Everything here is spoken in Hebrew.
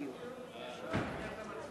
על מה אתה מצביע?